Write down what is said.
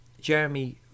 Jeremy